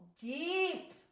deep